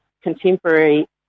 contemporary